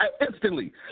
instantly